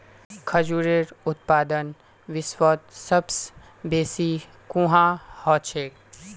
खजूरेर उत्पादन विश्वत सबस बेसी कुहाँ ह छेक